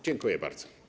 Dziękuję bardzo.